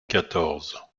quatorze